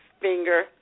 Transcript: finger